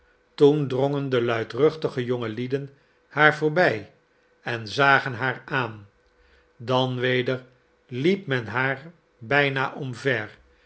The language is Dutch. toen drongen de luidruchtige jongelieden haar voorbij en zagen haar aan dan weder liep men haar bijna omver